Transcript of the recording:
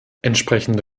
entsprechende